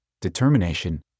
determination